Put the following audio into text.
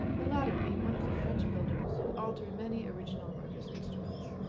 the latter being one of the french builders who altered many original ruckers instruments.